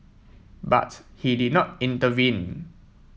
but he did not intervene